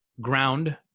ground